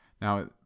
Now